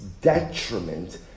detriment